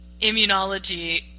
immunology